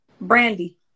Brandy